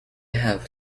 have